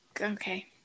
Okay